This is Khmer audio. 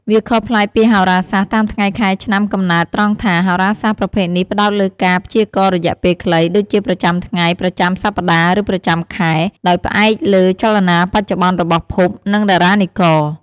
វាខុសប្លែកពីហោរាសាស្ត្រតាមថ្ងៃខែឆ្នាំកំណើតត្រង់ថា ហោរាសាស្ត្រប្រភេទនេះផ្ដោតលើការ ព្យាករណ៍រយៈពេលខ្លី ដូចជាប្រចាំថ្ងៃ ប្រចាំសប្តាហ៍ ឬប្រចាំខែ ដោយផ្អែកលើចលនាបច្ចុប្បន្នរបស់ភព និងតារានិករ។